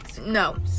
No